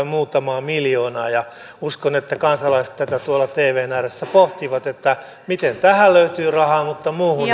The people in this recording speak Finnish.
muutamaa miljoonaa uskon että kansalaiset tätä tuolla tvn ääressä pohtivat miten tähän löytyy rahaa mutta muuhun